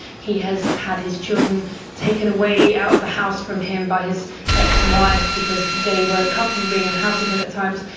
he has had his children taken away out of the house from him by his ex-wife, because they weren't comfortable being in the house with him at times.